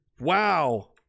Wow